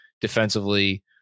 defensively